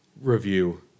review